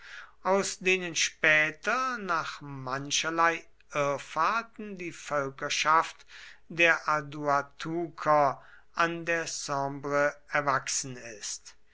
aus denen später nach mancherlei irrfahrten die völkerschaft der aduatuker an der sambre erwachsen ist